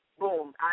boom